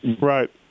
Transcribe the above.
Right